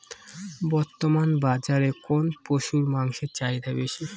বর্তমান বাজারে কোন পশুর মাংসের চাহিদা বেশি?